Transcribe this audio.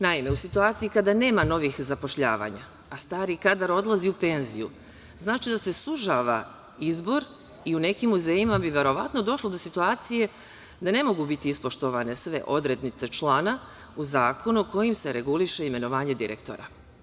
Naime, u situaciji kada nema novih zapošljavanja, a stari kadar odlazi u penziju, znači da se sužava izbor i u nekim muzejima bi verovatno došlo do situacije da ne mogu biti ispoštovane sve odrednice člana u zakonu kojim se reguliše imenovanje direktora.